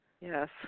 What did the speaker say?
Yes